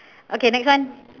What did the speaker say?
okay next one